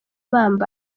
bambara